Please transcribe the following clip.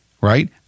right